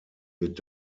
wird